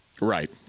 Right